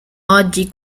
oggi